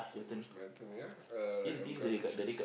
most mental ya alright I'm gonna choose